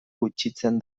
gutxitzen